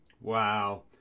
Wow